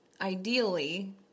ideally